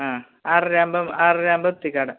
ആ ആറര ആവുമ്പം ആറര ആവുമ്പം എത്തിക്കാം അവിടെ